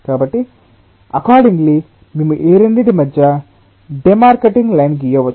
కాబట్టి అకార్డిoగ్లి మేము ఈ రెండింటి మధ్య డెమార్కెటింగ్ లైన్ గీయవచ్చు